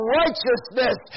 righteousness